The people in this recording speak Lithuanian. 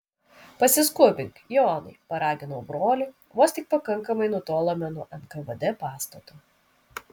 pasiskubink jonai paraginau brolį vos tik pakankamai nutolome nuo nkvd pastato